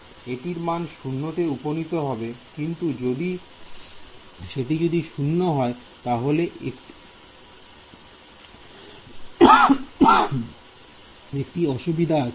এটির মান 0 তে উপনীত হবে কিন্তু সেটি যদি শূন্য হয় তাহলে একটি অসুবিধা আছে